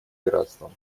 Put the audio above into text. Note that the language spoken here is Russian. пиратством